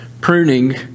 pruning